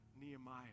Nehemiah